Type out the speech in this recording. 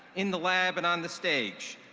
in the lab, and on the stage.